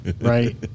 right